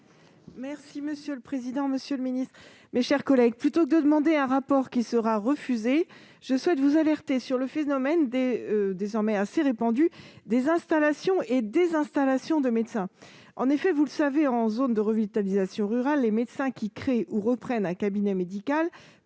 sur l'article. Monsieur le ministre, plutôt que de demander un rapport qui sera refusé, je souhaite vous alerter sur le phénomène désormais assez répandu des installations et désinstallations de médecins. En effet, comme vous le savez, dans les zones de revitalisation rurale, les médecins qui créent ou reprennent un cabinet médical